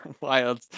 wild